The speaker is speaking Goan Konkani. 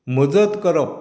मजत करप